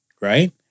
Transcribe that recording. Right